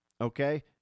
okay